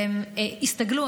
והם הסתגלו,